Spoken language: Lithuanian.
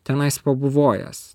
tenais pabuvojęs